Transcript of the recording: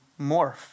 morph